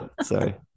sorry